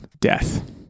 death